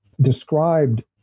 described